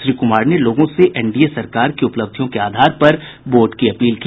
श्री कुमार ने लोगों से एनडीए सरकार की उपलब्धियों के आधार पर वोट की अपील की